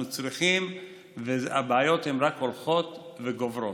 אנחנו צריכים, והבעיות רק הולכות וגוברות.